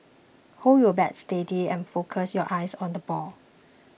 hold your bat steady and focus your eyes on the ball